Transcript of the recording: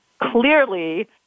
clearly